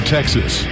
Texas